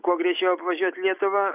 kuo greičiau apvažiuot lietuvą